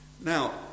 Now